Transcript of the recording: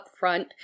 upfront